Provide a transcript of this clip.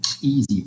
easy